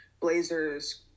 blazers